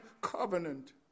covenant